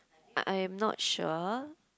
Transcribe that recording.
I I'm not sure